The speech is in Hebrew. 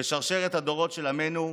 בשרשרת הדורות של עמנו,